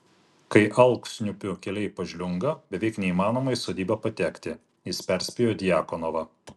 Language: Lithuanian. kai alksniupių keliai pažliunga beveik neįmanoma į sodybą patekti jis perspėjo djakonovą